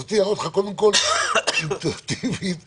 רציתי לענות לך קודם אינטואיטיבית.